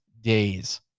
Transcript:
days